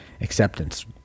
acceptance